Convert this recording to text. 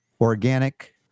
organic